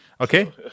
Okay